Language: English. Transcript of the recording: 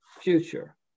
future